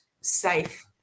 safe